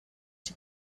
die